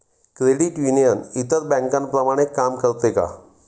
Credit union इतर बँकांप्रमाणे काम करते का?